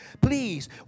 Please